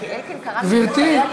קודם אמרת,